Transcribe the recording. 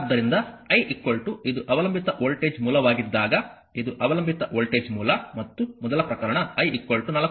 ಆದ್ದರಿಂದ I ಇದು ಅವಲಂಬಿತ ವೋಲ್ಟೇಜ್ ಮೂಲವಾಗಿದ್ದಾಗ ಇದು ಅವಲಂಬಿತ ವೋಲ್ಟೇಜ್ ಮೂಲ ಮತ್ತು ಮೊದಲ ಪ್ರಕರಣ I 4 ಆಂಪಿಯರ್